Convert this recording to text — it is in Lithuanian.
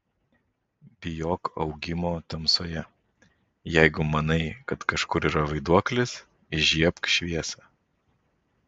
bijok augimo tamsoje jeigu manai kad kažkur yra vaiduoklis įžiebk šviesą